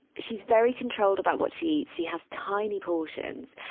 she's very controlled about what she eats. she has tiny portions.